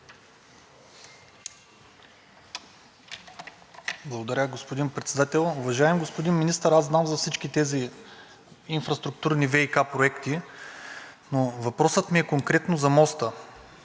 Благодаря, господин Председател. Уважаеми господин Министър, аз знам за всички тези инфраструктурни ВиК проекти, но въпросът ми е конкретно за моста.